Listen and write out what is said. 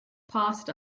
passed